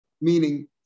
Meaning